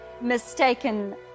mistaken